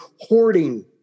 hoarding